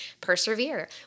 persevere